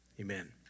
Amen